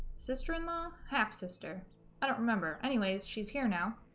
sister-in-law half-sister i don't remember anyways she's here now